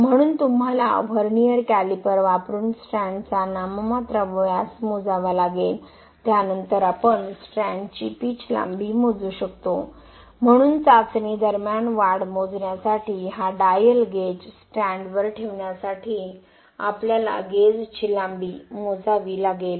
म्हणून तुम्हाला vernier calliper वापरून स्ट्रँडचा नाममात्र व्यास मोजावा लागेल त्यानंतर आपण स्ट्रँडची पिच लांबी मोजू शकतो म्हणून चाचणी दरम्यान वाढ मोजण्यासाठी हा डायल गेज स्ट्रँडवर ठेवण्यासाठी आपल्याला गेजची लांबी मोजावी लागेल